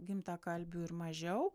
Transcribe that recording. gimtakalbių ir mažiau